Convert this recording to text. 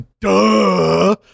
Duh